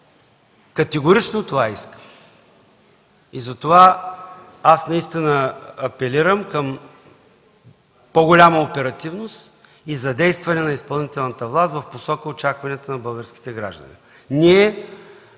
Категорично това искат! Аз наистина апелирам към по-голяма оперативност и задействане на изпълнителната власт в посока очакването на българските граждани.